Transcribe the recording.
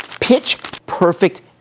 pitch-perfect